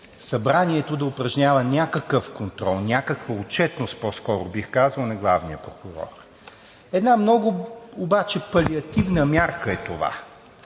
Събранието да упражнява някакъв контрол, някаква отчетност по скоро, бих казал, на главния прокурор, обаче много палиативна мярка е това.